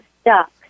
stuck